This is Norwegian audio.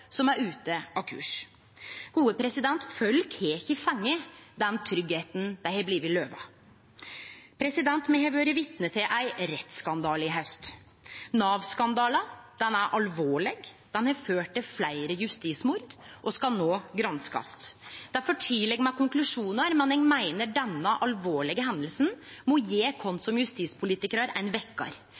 som er ute av kurs. Folk har ikkje fått den tryggleiken dei har blitt lova. Me har vore vitne til ein rettsskandale i haust. Nav-skandalen er alvorleg, han har ført til fleire justismord og skal no granskast. Det er for tidleg med konklusjonar, men eg meiner denne alvorlege hendinga må gje oss som justispolitikarar ein